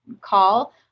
call